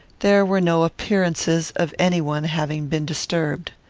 there were no appearances of any one having been disturbed.